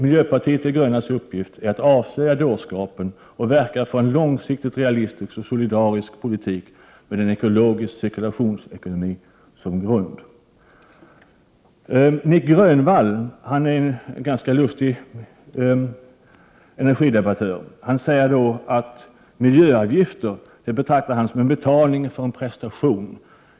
Miljöpartiet de grönas uppgift är att avslöja dårskapen och verka för en långsiktigt realistisk och solidarisk politik med en ekologisk cirkulationsekonomi som grund. Nic Grönvall är en ganska lustig energidebattör. Han säger att han betraktar miljöavgifter som en betalning för en prestation.